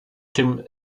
dem